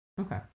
Okay